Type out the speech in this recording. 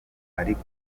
ariko